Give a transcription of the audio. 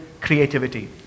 creativity